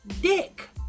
dick